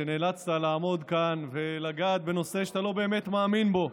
שנאלצת לעמוד כאן ולגעת בנושא שאתה לא באמת מאמין בו.